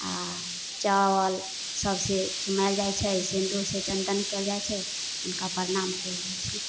आ चावल सौंसे चुमाएल जाइत छै हिन्दू से चन्दन कयल जाइत छै हुनका प्रणाम कयल जाइत छै